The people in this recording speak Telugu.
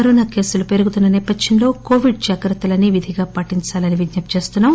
కోవిడ్ కేసులు పెరుగుతున్న సేపథ్యంలో కోవిడ్ జాగ్రత్తలన్నీ విధిగా పాటించాలని విజ్ఞప్తిచేస్తున్నాం